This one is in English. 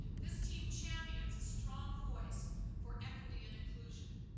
this team champions a strong voice for equity and inclusion.